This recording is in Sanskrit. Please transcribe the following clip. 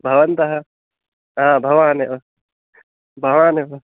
भवन्तः हा भवानेव भवानेव